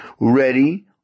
ready